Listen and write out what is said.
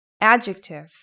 Adjective